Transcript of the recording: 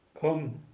come